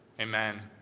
amen